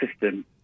system